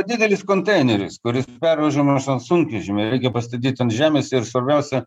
didelis konteineris kuris pervežamas ant sunkvežimio jį reikia pastatyt ant žemės ir svarbiausia